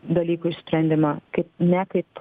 dalykų išsprendimą kaip ne kaip